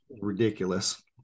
ridiculous